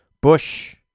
Bush